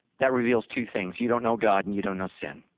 that reveals two things, you don't know god and you don't know sin.